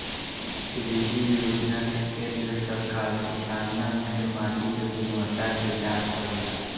कृषि योजना से केंद्र सरकार किसानन के माटी के गुणवत्ता के जाँच करेला